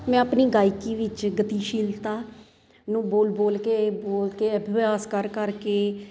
ਮੈਂ ਆਪਣੀ ਗਾਇਕੀ ਵਿੱਚ ਗਤੀਸ਼ੀਲਤਾ ਨੂੰ ਬੋਲ ਬੋਲ ਕੇ ਬੋਲ ਕੇ ਅਭਿਆਸ ਕਰ ਕਰ ਕੇ